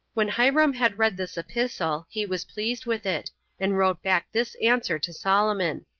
when hiram had read this epistle, he was pleased with it and wrote back this answer to solomon.